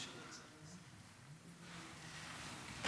ההצעה להעביר את הנושא לוועדת החינוך,